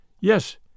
Yes